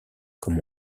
comme